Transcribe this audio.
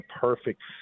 perfect